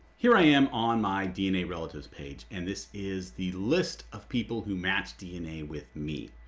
here i am on my dna relatives page and this is the list of people who match dna with me.